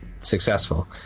successful